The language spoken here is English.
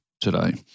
today